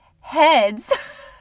heads